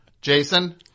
Jason